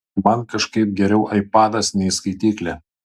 man kažkaip geriau aipadas nei skaityklė